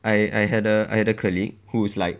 I I had a I had a colleague who is like